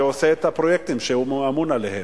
שעושה את הפרויקטים שהוא אמון עליהם.